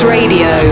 Radio